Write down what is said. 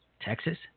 Texas